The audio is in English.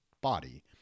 body